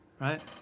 right